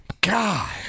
God